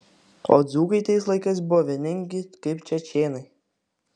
o dzūkai tais laikais buvo vieningi kaip čečėnai